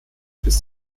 bis